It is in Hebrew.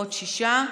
עוד שישה.